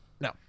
No